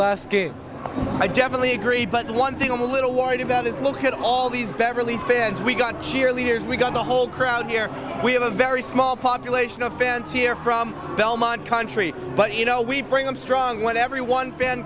last game i definitely agree but the one thing i'm a little worried about is look at all these beverly fans we got cheerleaders we got the whole crowd here we have a very small population of fans here from belmont country but you know we bring them strong what every one